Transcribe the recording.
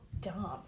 dumb